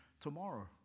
tomorrow